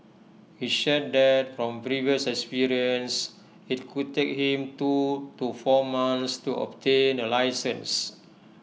he shared that from previous experience IT could take him two to four months to obtain A licence